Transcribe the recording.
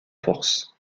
forces